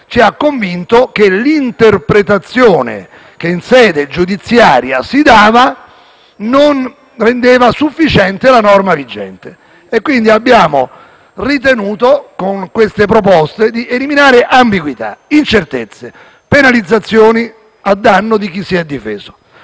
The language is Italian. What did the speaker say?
ci hanno convinto che l'interpretazione che si dava in sede giudiziaria rendesse non sufficiente la norma vigente. Abbiamo quindi ritenuto, con queste proposte, di eliminare ambiguità, incertezze e penalizzazioni a danno di chi si è difeso.